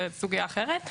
זו סוגיה אחרת,